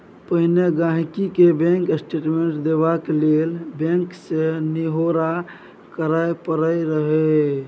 पहिने गांहिकी केँ बैंक स्टेटमेंट देखबाक लेल बैंक सँ निहौरा करय परय रहय